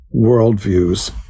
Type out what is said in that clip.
worldviews